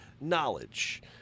knowledge